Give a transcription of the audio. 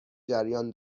جریان